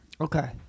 Okay